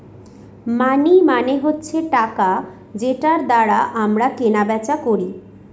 মানি মানে হচ্ছে টাকা যেটার দ্বারা আমরা কেনা বেচা করি